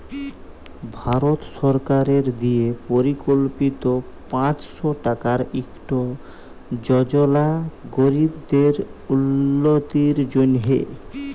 ভারত সরকারের দিয়ে পরকল্পিত পাঁচশ টাকার ইকট যজলা গরিবদের উল্লতির জ্যনহে